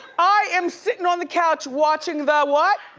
i am sittin' on the couch watching the what?